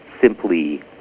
simply